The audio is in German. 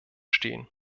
stehen